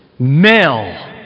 Male